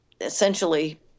essentially